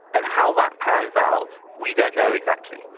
and how that pans out we don't know exactly.